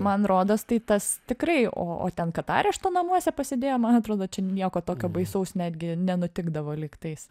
man rodos tai tas tikrai o o ten kad arešto namuose pasėdėjo man atrodo čia nieko tokio baisaus netgi nenutikdavo lygtais